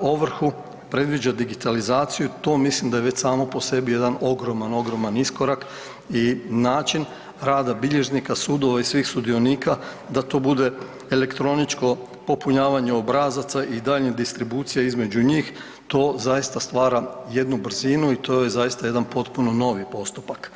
ovrhu, predviđa digitalizaciju, to mislim da je već samo po sebi jedan ogroman, ogroman iskorak i način rada bilježnika, sudova i svih sudionika da to bude elektroničko popunjavanje obrazaca i daljnje distribucije između njih, to zaista stvara jednu brzinu i to je zaista jedan potpuno novi postupak.